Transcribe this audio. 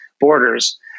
borders